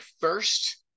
first